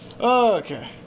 Okay